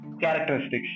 characteristics